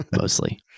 mostly